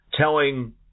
telling